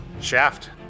Shaft